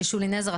ששולי נזר,